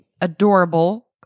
adorable